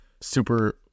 super